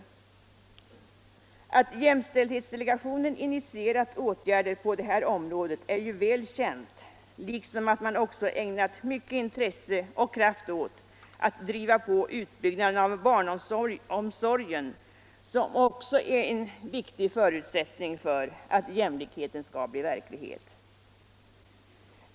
Att jämställdhetsdelegationen initierat åtgärder på det här området är väl känt liksom att denna ägnat mycket intresse och kraft åt att driva på utbyggnaden av barnomsorgen, som ju också är en viktig förutsättning för att jämlikheten skall bli verklighet.